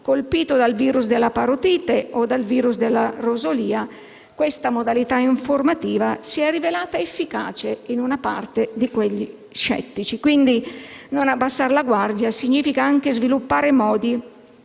colpito dal virus della parotite o della rosolia. Questa modalità informativa si è rivelata efficace in una parte degli scettici. Quindi, non abbassare la guardia significa anche sviluppare modi